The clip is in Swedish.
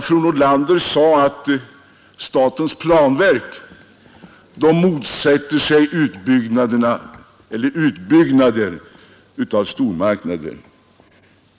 Fru Nordlander sade att statens planverk motsätter sig utbyggnaden av stormarknader.